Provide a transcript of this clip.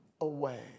Away